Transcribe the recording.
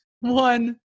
One